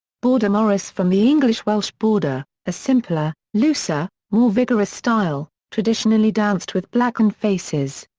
border morris from the english-welsh border a simpler, looser, more vigorous style, traditionally danced with blackened faces.